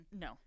No